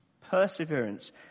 perseverance